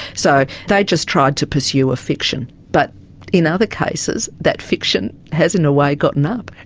so they just tried to pursue a fiction. but in other cases that fiction has in a way gotten up.